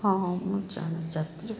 ହଁ ହଁ ମୁଁ ଜଣେ ଯାତ୍ରୀ